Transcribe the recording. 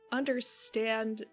understand